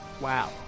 wow